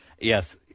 Yes